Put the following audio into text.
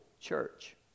church